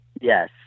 Yes